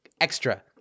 extra